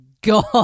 god